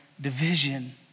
division